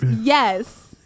yes